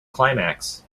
climax